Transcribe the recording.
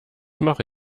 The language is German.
mache